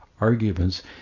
Arguments